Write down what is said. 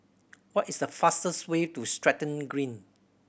what is the fastest way to Stratton Green